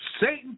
Satan